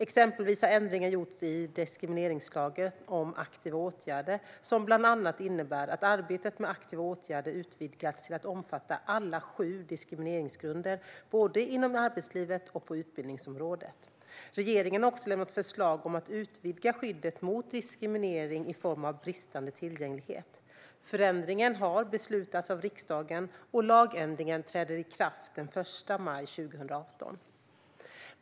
Exempelvis har ändringar gjorts i diskrimineringslagen om aktiva åtgärder. Dessa ändringar innebär bland annat att arbetet med aktiva åtgärder utvidgats till att omfatta alla sju diskrimineringsgrunder både inom arbetslivet och på utbildningsområdet. Regeringen har också lämnat förslag om att utvidga skyddet mot diskriminering i form av bristande tillgänglighet. Förändringen har beslutats av riksdagen, och lagändringen träder i kraft den 1 maj 2018.